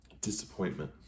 Disappointment